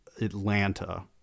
Atlanta